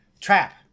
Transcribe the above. Trap